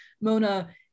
Mona